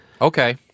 Okay